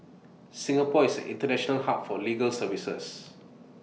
Singapore is an International hub for legal services